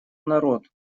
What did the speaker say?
народ